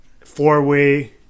four-way